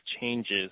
changes –